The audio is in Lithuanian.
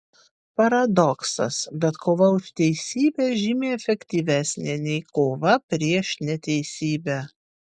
paradoksas bet kova už teisybę žymiai efektyvesnė nei kova prieš neteisybę